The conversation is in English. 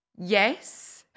Yes